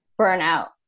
burnout